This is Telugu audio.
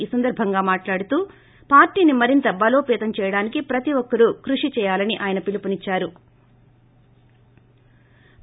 ఈ సందర్బంగా మాట్లాడుతూ పార్టీని మరింత బలోపతం చేయడానికి ప్రతి ఒక్కరూ కృషి చేయాలని ఆయన పిలుపునిచ్చారు